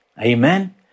Amen